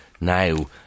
now